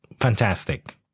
Fantastic